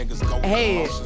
Hey